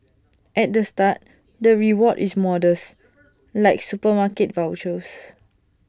at the start the reward is modest like supermarket vouchers